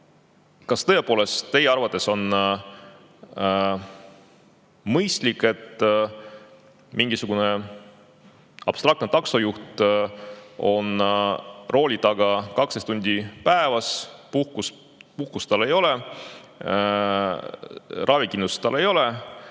kas tõepoolest teie arvates on mõistlik, et mingisugune abstraktne taksojuht on rooli taga 12 tundi päevas, puhkust tal ei ole, ravikindlustust tal ei ole,